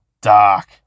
dark